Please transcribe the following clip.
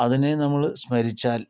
അതിനെ നമ്മള് സ്മരിച്ചാൽ